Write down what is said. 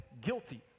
guilty